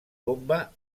bomba